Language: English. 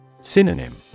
Synonym